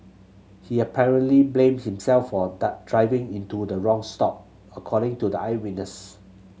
he apparently blamed himself for a driving into the wrong stop according to the eyewitness